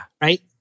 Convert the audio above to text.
right